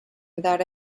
without